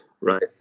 Right